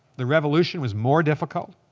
the revolution was more difficult